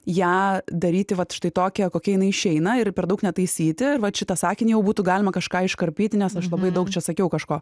ją daryti vat štai tokią kokia jinai išeina ir per daug netaisyti vat šitą sakinį būtų galima kažką iškarpyti nes aš labai daug čia sakiau kažko